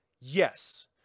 yes